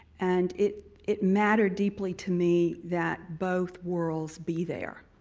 and it it mattered deeply to me that both worlds be there.